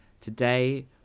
Today